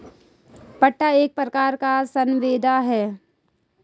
पट्टा एक प्रकार की संविदा है